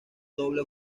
doble